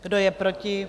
Kdo je proti?